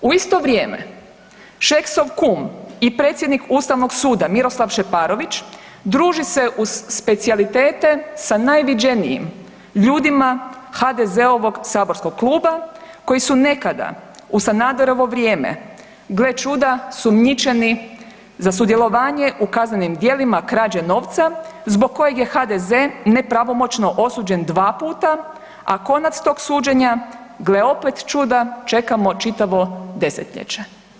U isto vrijeme Šeksov kum i predsjednik Ustavnog suda, Miroslav Šeparović, druži se uz specijalitete sa najviđenijim ljudima HDZ-ovog saborskog kluba koji su nekada u Sanaderovo vrijeme, gle čuda sumnjičeni za sudjelovanje u kaznenim djelima, krađe novca, zbog kojeg je HDZ nepravomoćno osuđen dva puta, a konac tog suđenja, gle opet čuda, čekamo čitavo desetljeće.